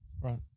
Right